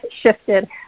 shifted